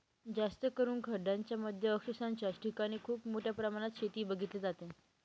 जास्तकरून खंडांच्या मध्य अक्षांशाच्या ठिकाणी खूप मोठ्या प्रमाणात शेती बघितली जाते